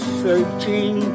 searching